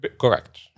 Correct